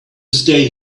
stay